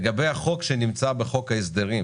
לגבי החוק שנמצא בחוק ההסדרים